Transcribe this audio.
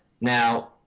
now